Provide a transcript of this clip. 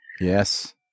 Yes